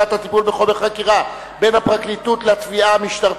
(חלוקת הטיפול בחומר חקירה בין הפרקליטות לתביעה המשטרתית),